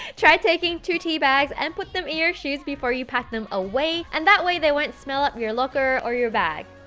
try taking two tea bag, and put them in your shoes before you pack them away, and that way, they won't smell up in your locker, or your bag,